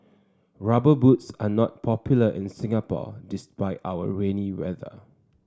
rubber boots are not popular in Singapore despite our rainy weather